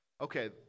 Okay